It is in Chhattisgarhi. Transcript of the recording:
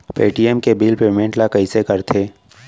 पे.टी.एम के बिल पेमेंट ल कइसे करथे?